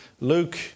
Luke